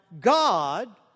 God